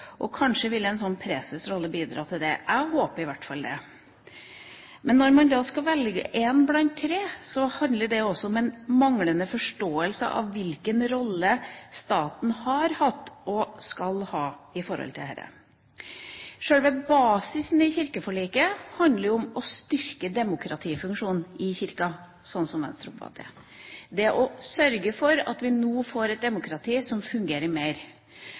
og kanskje vil en presesrolle bidra til det. Jeg håper i hvert fall det. Men når man skal velge én blant tre, så handler det også om en manglende forståelse av hvilken rolle staten har hatt og skal ha når det gjelder dette. Sjølve basisen i kirkeforliket handler om, slik som Venstre oppfatter det, å styrke demokratifunksjonen i Kirken, det å sørge for at vi nå får et demokrati som fungerer